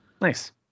Nice